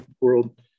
world